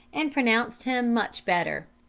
and pronounced him much better.